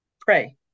pray